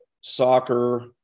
soccer